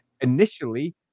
Initially